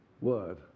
word